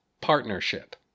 partnership